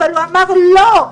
אבל הוא אמר לא,